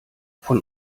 von